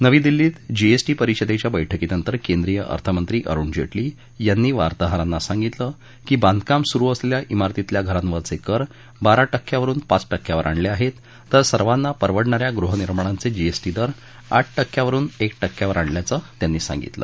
नवी दिल्लीत जीएसटी परिषदेच्या बैठकीनंतर केंद्रीय अर्थमंत्री अरुण जेटली यांनी वार्ताहरांना सांगितलं की बांधकाम सुरु असलेल्या मारतीतल्या घरांवरचे कर बारा टक्क्यावरुन पाच टक्क्यावर आणले आहेत तर सर्वांना परवडणा या गृहनिर्माणांचे जीएसटी दर आठ टक्क्यावरुन एक टक्क्यावर आणल्याचं त्यांनी सांगितलं